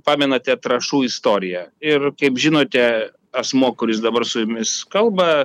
pamenate trąšų istoriją ir kaip žinote asmuo kuris dabar su jumis kalba